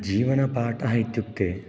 जीवनपाठः इत्युक्ते